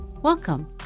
Welcome